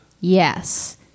Yes